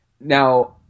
now